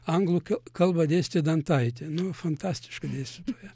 anglų kalbą dėstė dantaitė nu fantastiška dėstytoja